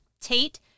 Tate